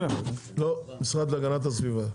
לא, המשרד להגנת הסביבה.